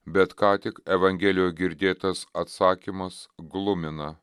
bet ką tik evangelijoj girdėtas atsakymas glumina